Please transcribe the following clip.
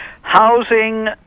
housing